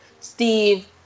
Steve